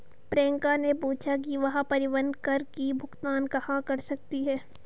प्रियंका ने पूछा कि वह परिवहन कर की भुगतान कहाँ कर सकती है?